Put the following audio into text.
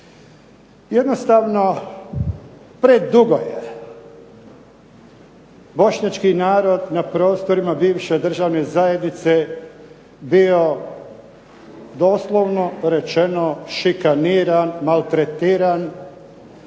Jednostavno predugo je Bošnjački narod na prostorima bivše državne zajednice bio doslovno rečeno šikaniran, maltretiran.